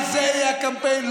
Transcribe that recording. על זה יהיה הקמפיין.